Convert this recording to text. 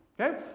Okay